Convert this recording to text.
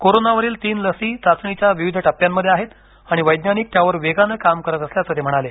कोरोनावरील तीन लसी चाचणीच्या विविध टप्प्यांमध्ये आहेत आणि वैज्ञानिक त्यावर वेगाने काम करत असल्याचं ते म्हणाले